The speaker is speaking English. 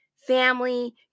Family